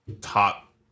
top